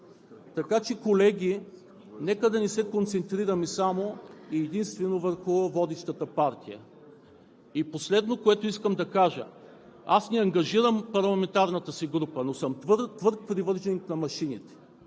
решения. Колеги, нека да не се концентрираме само и единствено върху водещата партия. Последното, което искам да кажа. Аз не ангажирам парламентарната си група, но съм твърд привърженик на машините,